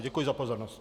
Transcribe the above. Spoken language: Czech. Děkuji za pozornost.